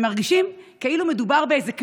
הם מרגישים כאילו מדובר באיזשהו קנס.